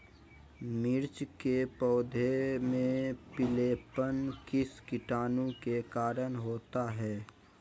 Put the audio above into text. मिर्च के पौधे में पिलेपन किस कीटाणु के कारण होता है?